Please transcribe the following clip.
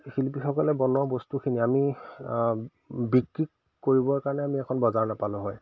শিল্পীসকলে বনোৱা বস্তুখিনি আমি বিক্ৰী কৰিবৰ কাৰণে আমি এখন বজাৰ নাপালোঁ হয়